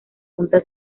punta